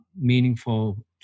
meaningful